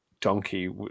donkey